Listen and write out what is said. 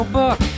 book